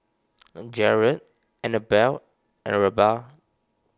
Jarret Annabell and Reba